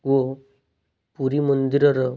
ଓ ପୁରୀ ମନ୍ଦିରର